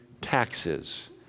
taxes